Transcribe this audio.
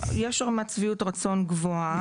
יש רמת שביעות רצון גבוהה.